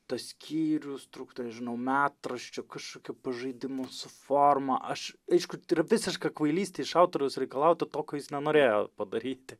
tas skyrius trūktų nežinau metraščio kažkokio pažaidimo su forma aš aišku tai yra visiška kvailystė iš autoriaus reikalauti to ką jis nenorėjo padaryt